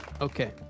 Okay